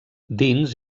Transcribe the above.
dins